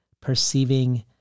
perceiving